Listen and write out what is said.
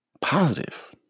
positive